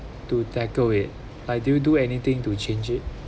to tackle it I didn't do anything to change it